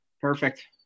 Perfect